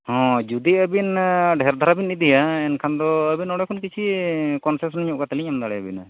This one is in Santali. ᱦᱚᱸ ᱡᱩᱫᱤ ᱟᱵᱤᱱ ᱰᱷᱮᱨ ᱫᱷᱟᱨᱟ ᱵᱤᱱ ᱤᱫᱤᱭᱟ ᱮᱱᱠᱷᱟᱱ ᱫᱚ ᱟᱵᱮᱱ ᱚᱸᱰᱮ ᱠᱷᱚᱱ ᱠᱤᱪᱷᱤ ᱠᱚᱱᱥᱮᱹᱥᱚᱱ ᱧᱚᱜ ᱠᱟᱛᱮᱞᱤᱧ ᱮᱢ ᱧᱚᱜ ᱫᱟᱲᱮᱭᱟᱵᱮᱱᱟ